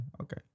Okay